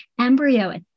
embryo